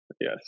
yes